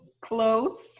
close